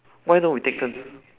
why don't we take turn